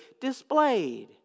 displayed